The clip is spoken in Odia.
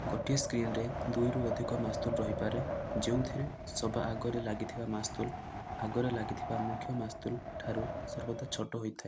ଗୋଟିଏ ସ୍କ୍ରିନ୍ରେ ଦୁଇରୁ ଅଧିକ ମାସ୍ତୁଲ୍ ରହିପାରେ ଯେଉଁଥିରେ ସବା ଆଗରେ ଲାଗିଥିବା ମାସ୍ତୁଲ ଆଗରେ ଲାଗିଥିବା ମୁଖ୍ୟ ମାସ୍ତୁଲଠାରୁ ସର୍ବଦା ଛୋଟ ହୋଇଥାଏ